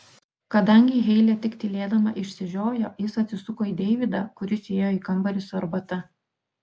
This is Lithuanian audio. kadangi heilė tik tylėdama išsižiojo jis atsisuko į deividą kuris įėjo į kambarį su arbata